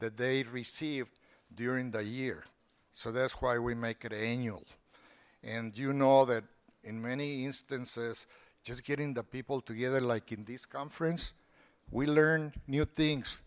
that they received during the year so that's why we make it annual and you know all that in many instances just getting the people together like in this conference we learned new things